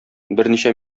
берничә